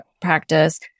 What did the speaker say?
practice